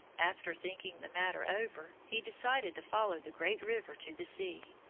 after thinking the matter over, he decided to follow the great river to the sea.